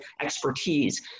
expertise